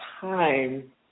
time